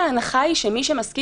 ההכרזה אומרת שכל מי שחוזר,